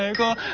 yeah go